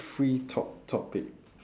free talk topic